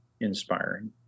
inspiring